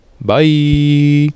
bye